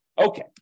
Okay